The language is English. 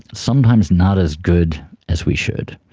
sometimes not as good as we should.